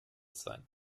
sein